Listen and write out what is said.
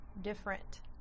different